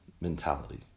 mentality